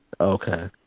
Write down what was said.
Okay